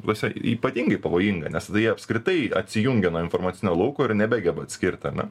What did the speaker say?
tasme ypatingai pavojinga nes tada jie apskritai atsijungia nuo informacinio lauko ir nebegeba atskirti ane